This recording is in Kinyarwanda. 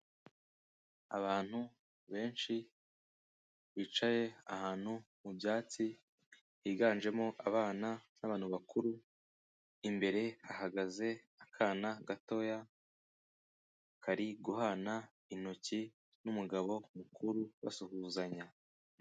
Abantu benshi bicaye ahantu mu byatsi higanjemo abana n'abantu bakuru, imbere hahagaze akana gatoya kari guhana intoki n'umugabo mukuru basuhuzanya.